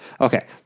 Okay